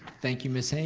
thank you ms. haynes,